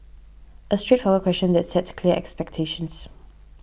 a straightforward question that sets clear expectations